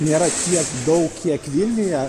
nėra tiek daug kiek vilniuje